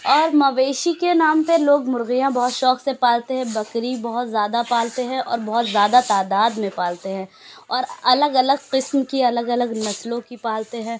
اور مویشی کے نام پہ لوگ مرغیاں بہت شوق سے پالتے ہیں بکری بہت زیادہ پالتے ہیں اور بہت زیادہ تعداد میں پالتے ہیں اور الگ الگ قسم کی الگ الگ نسلوں کی پالتے ہیں